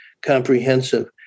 comprehensive